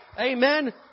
Amen